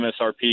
msrp